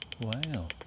wow